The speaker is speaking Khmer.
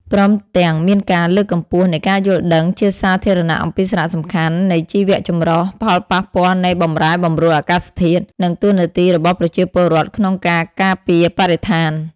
ព្រមទាំងមានការលើកកម្ពស់នៃការយល់ដឹងជាសាធារណៈអំពីសារៈសំខាន់នៃជីវចម្រុះ ផលប៉ះពាល់នៃបម្រែបម្រួលអាកាសធាតុ និងតួនាទីរបស់ប្រជាពលរដ្ឋក្នុងការការពារបរិស្ថាន។